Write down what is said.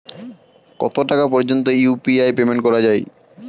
কত টাকা পর্যন্ত ইউ.পি.আই পেমেন্ট করা যায়?